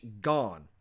gone